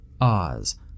Oz